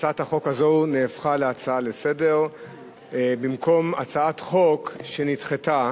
הצעת החוק הזאת הפכה להצעה לסדר-היום במקום הצעת חוק שנדחתה